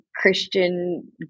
Christian